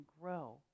grow